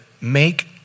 make